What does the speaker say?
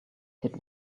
hit